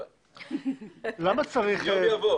למה צריך בכלל